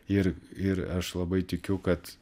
ir ir aš labai tikiu kad